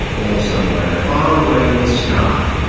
or somewhere far away in the sky.